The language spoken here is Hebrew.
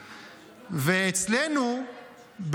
ואצלנו,